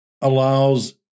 allows